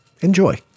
Enjoy